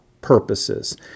purposes